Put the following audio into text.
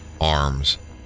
arms